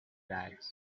bags